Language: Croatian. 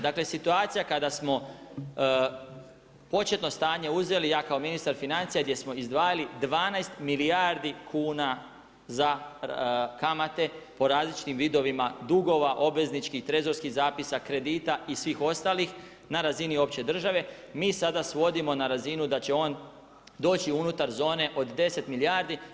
Dakle, situacija kada smo početno stanje uzeli, ja kao ministar financija, gdje smo izdvajali 12 milijardi kn za kamate, po različitim vidova dugova obveznički, trezorskih zapisa, kredita i svih ostalih, na razini opće države, mi sada svodimo na razinu da će on doći unutar zone od 10 milijardi.